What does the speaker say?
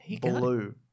Blue